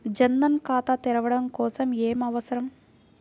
జన్ ధన్ ఖాతా తెరవడం కోసం ఏమి అవసరం?